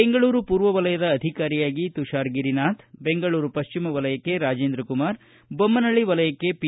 ಬೆಂಗಳೂರು ಪೂರ್ವ ವಲಯದ ಅಧಿಕಾರಿಯಾಗಿ ತುಷಾರ್ ಗಿರಿನಾಥ್ ಬೆಂಗಳೂರು ಪಶ್ವಿಮ ವಲಯದ ಅಧಿಕಾರಿಯಾಗಿ ರಾಜೇಂದ್ರ ಕುಮಾರ್ ಬೊಮ್ನಹಳ್ಳಿ ವಲಯಕ್ಕೆ ಪಿ